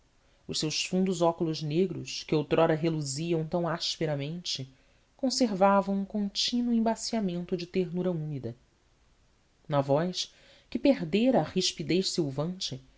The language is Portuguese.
os seus fundos óculos negros que outrora reluziam tão asperamente conservavam um contínuo embaciamento de ternura úmida na voz que perdera a rispidez silvante